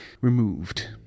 removed